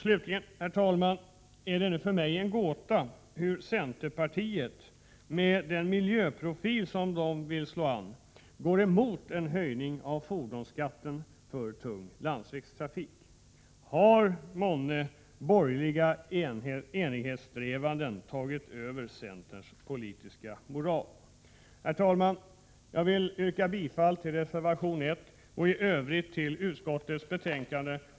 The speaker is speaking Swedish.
Slutligen, herr talman, är det för mig en gåta hur centerpartiet, med den miljöprofil som man vill visa, går emot en höjning av fordonsskatten för tung landsvägstrafik. Har månne borgerliga enighetssträvanden tagit över centerns politiska moral? Herr talman! Jag yrkar bifall til reservation 1 och i övrigt till hemställan i utskottets betänkande.